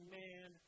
man